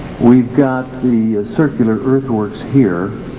we've got the circular earthworks here,